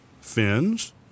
fins